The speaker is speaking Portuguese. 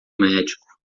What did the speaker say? médico